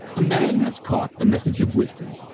a man has caught the message of wisdom,